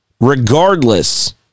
regardless